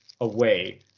away